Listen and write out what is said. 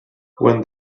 when